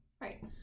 Right